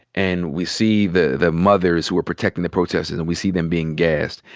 and we see the the mothers who are protecting the protesters. and we see them being gassed.